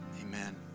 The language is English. Amen